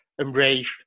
embraced